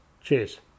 Cheers